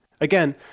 again